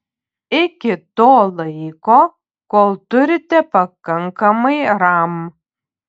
iki to laiko kol turite pakankamai ram